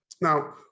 Now